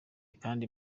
kandi